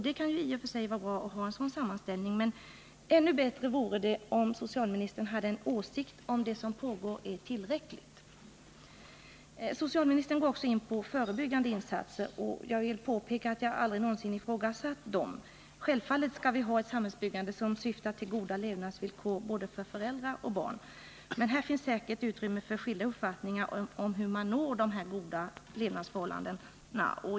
Det kan ju i och för sig vara bra att ha en sådan sammanställning, men ännu bättre vore om socialministern hade en åsikt om det som pågår är tillräckligt. Socialministern går också in på förebyggande insatser. Jag vill påpeka att jag aldrig någonsin ifrågasatt sådana. Självfallet skall vi ha ett samhällsbyggande som syftar till goda levnadsvillkor för både barn och föräldrar. Här finns säkert utrymme för skilda uppfattningar om hur man når dessa goda levnadsförhållanden.